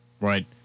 Right